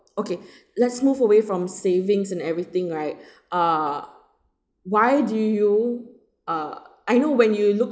okay let's move away from savings and everything right uh why do you uh I know when you look